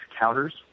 counters